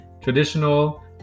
traditional